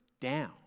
down